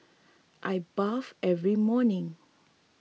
I bathe every morning